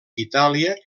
itàlia